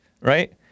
right